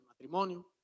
matrimonio